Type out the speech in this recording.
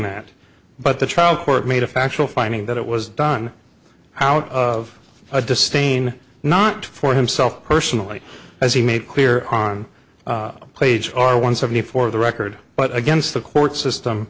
that but the trial court made a factual finding that it was done out of distain not for himself personally as he made clear on plage or one seventy four of the record but against the court system